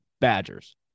Badgers